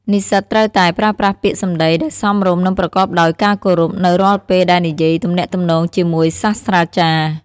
និស្សិតត្រូវតែ ប្រើប្រាស់ពាក្យសម្ដីដែលសមរម្យ និងប្រកបដោយការគោរព នៅរាល់ពេលដែលនិយាយទំនាក់ទំនងជាមួយសាស្រ្តាចារ្យ។